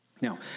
Now